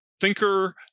thinker